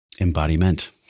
Embodiment